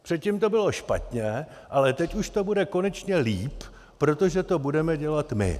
Předtím to bylo špatně, ale teď už to bude konečně líp, protože to budeme dělat my.